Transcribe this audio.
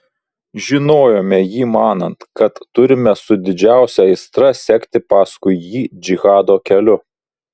žinojome jį manant kad turime su didžiausia aistra sekti paskui jį džihado keliu